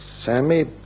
Sammy